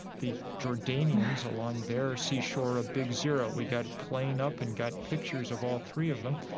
the jordanians along their seashore a big zero. we got a plane up and got pictures of all three of them,